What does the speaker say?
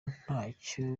ntacyo